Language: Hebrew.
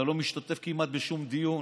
אתה לא משתתף כמעט בשום דיון,